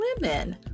women